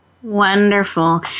Wonderful